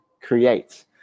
Create